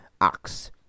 ox